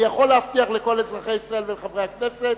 אני יכול להבטיח לכל אזרחי ישראל ולחברי הכנסת